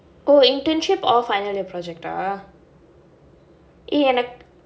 oh internship or final year project ah